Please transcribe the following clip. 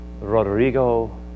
Rodrigo